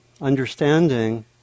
understanding